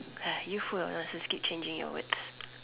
you full of keep changing your words